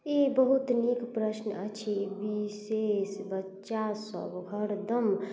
ई बहुत नीक प्रश्न अछि विशेष बच्चासभ हरदम